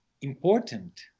important